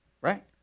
Right